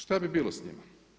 Šta bi bilo sa njima?